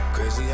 Crazy